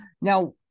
Now